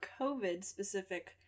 COVID-specific